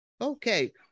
Okay